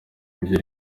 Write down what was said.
buryo